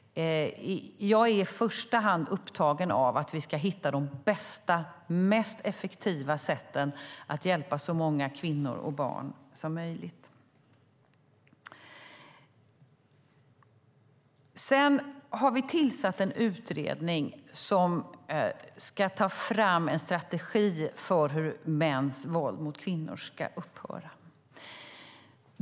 Jag är i första hand upptagen av att vi ska hitta de bästa och mest effektiva sätten att hjälpa så många kvinnor och barn som möjligt. Vi har tillsatt en utredning som ska ta fram en strategi för hur mäns våld mot kvinnor ska upphöra.